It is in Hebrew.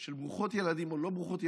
של ברוכות ילדים או לא ברוכות ילדים.